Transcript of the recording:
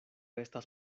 estas